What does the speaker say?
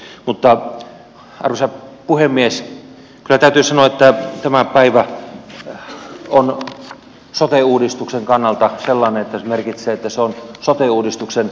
mutta arvoisa puhemies kyllä täytyy sanoa että tämä päivä on sote uudistuksen kannalta sellainen että se merkitsee että se on sote uudistuksen musta joulu